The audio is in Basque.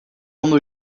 ondo